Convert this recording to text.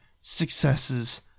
successes